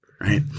right